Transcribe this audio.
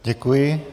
Děkuji.